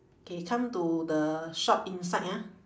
okay come to the shop inside ah